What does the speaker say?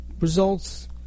results